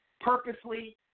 purposely